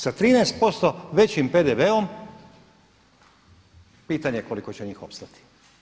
Sa 13% većim PDV-om pitanje je koliko će njih opstati.